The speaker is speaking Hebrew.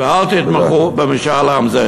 ואל תתמכו בחוק משאל עם זה.